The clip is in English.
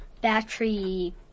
battery